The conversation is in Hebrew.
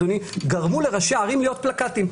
גרמו לראשי ערים להיות פלקטים.